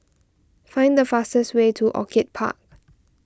find the fastest way to Orchid Park